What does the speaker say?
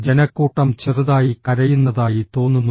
ജനക്കൂട്ടം ചെറുതായി കരയുന്നതായി തോന്നുന്നു